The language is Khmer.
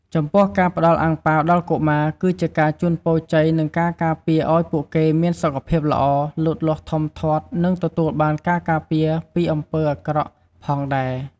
ចំពោះការផ្ដល់អាំងប៉ាវដល់កុមារ គឺជាការជូនពរជ័យនិងការការពារឱ្យពួកគេមានសុខភាពល្អ លូតលាស់ធំធាត់ និងទទួលបានការការពារពីអំពើអាក្រក់ផងដែរ។